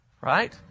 Right